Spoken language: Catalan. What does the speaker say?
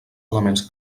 elements